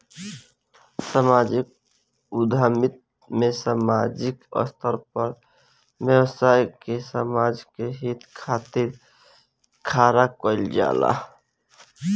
सामाजिक उद्यमिता में सामाजिक स्तर पर व्यवसाय के समाज के हित खातिर खड़ा कईल जाला